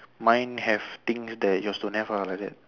mine have things that yours don't have ah like that